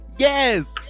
yes